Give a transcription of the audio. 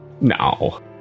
No